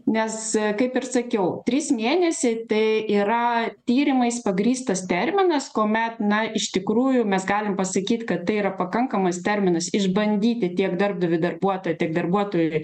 nes kaip ir sakiau trys mėnesiai tai yra tyrimais pagrįstas terminas kuomet na iš tikrųjų mes galim pasakyt kad tai yra pakankamas terminas išbandyti tiek darbdaviui darbuotoją tik darbuotojui